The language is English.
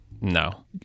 No